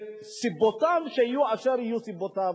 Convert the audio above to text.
יהיו אשר יהיו סיבותיו,